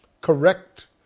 correct